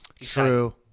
true